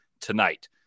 tonight